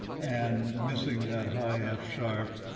and missing that high, f sharp.